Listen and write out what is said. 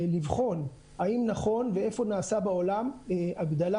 ולבחון האם נכון ואיפה נעשה בעולם הגדלה